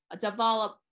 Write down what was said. develop